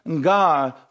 God